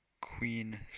Queen